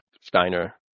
Steiner